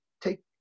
take